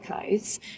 clothes